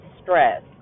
stress